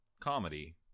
comedy